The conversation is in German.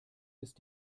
ist